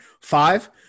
five